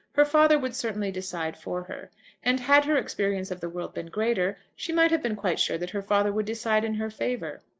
her father would certainly decide for her and had her experience of the world been greater, she might have been quite sure that her father would decide in her favour.